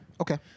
Okay